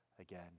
again